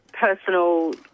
personal